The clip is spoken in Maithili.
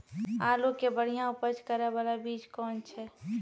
आलू के बढ़िया उपज करे बाला बीज कौन छ?